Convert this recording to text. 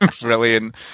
brilliant